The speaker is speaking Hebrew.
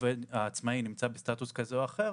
שהעצמאי נמצא בסטטוס כזה או אחר,